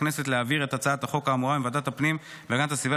לכנסת להעביר את הצעת החוק האמורה מוועדת הפנים והגנת הסביבה